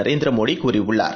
நரேந்திரமோடிகூறியுள்ளார்